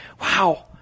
wow